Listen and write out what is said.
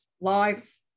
lives